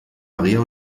maria